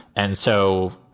and so,